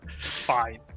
fine